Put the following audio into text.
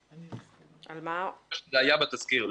זה היה בתזכיר.